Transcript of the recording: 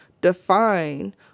define